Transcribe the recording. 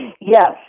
Yes